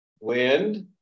wind